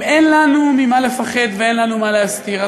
אם אין לנו ממה לפחד ואין לנו מה להסתיר,